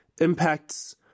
impacts